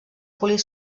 polir